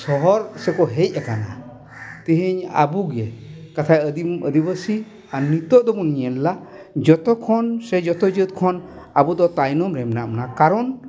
ᱥᱚᱦᱚᱨ ᱥᱮᱠᱚ ᱦᱮᱡ ᱟᱠᱟᱱᱟ ᱛᱮᱦᱮᱧ ᱟᱵᱚᱜᱮ ᱠᱟᱛᱷᱟᱭ ᱟᱫᱤᱢ ᱟᱫᱤᱵᱟᱥᱤ ᱟᱨ ᱱᱤᱛᱚᱜ ᱫᱚᱵᱚᱱ ᱧᱮᱞ ᱮᱫᱟ ᱡᱚᱛᱚ ᱠᱷᱚᱱ ᱥᱮ ᱡᱚᱛᱚ ᱡᱟᱹᱛ ᱠᱷᱚᱱ ᱟᱵᱚ ᱫᱚ ᱛᱟᱭᱚᱢ ᱨᱮ ᱢᱮᱱᱟᱜ ᱵᱚᱱᱟ ᱠᱟᱨᱚᱱ